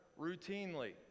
routinely